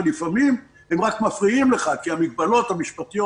ולפעמים הם רק מפריעים לך כי המגבלות המשפטיות